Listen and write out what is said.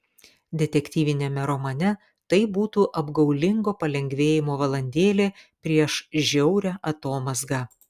detektyviniame romane tai būtų apgaulingo palengvėjimo valandėlė prieš žiaurią atomazgą